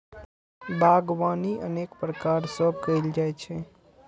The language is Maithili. बागवानी अनेक प्रकार सं कैल जाइ छै